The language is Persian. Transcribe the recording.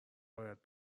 باید